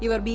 ഇവർ ബി